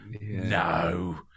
no